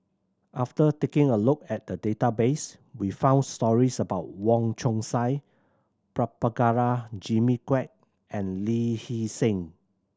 after taking a look at the database we found stories about Wong Chong Sai Prabhakara Jimmy Quek and Lee Hee Seng